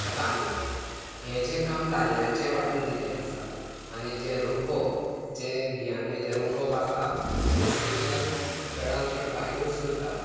शेतांनी हें जें काम दादल्यांचें वांटून दिल्लें आसा आनी जें रोपप जें बियाणें जें रोपप आसा तें स्पेशल चडांत चड बायलोच करतात